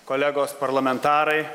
kolegos parlamentarai